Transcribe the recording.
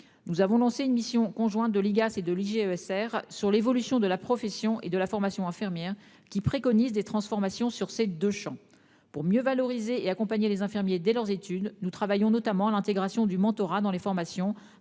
nous avons lancé une mission conjointe de l'IGAS et de lisier ESR sur l'évolution de la profession et de la formation infirmière qui préconise des transformations sur ces 2 champs pour mieux valoriser et accompagner les infirmiers des leurs études nous travaillons notamment l'intégration du mentorat dans les formations